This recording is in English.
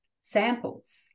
samples